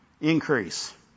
increase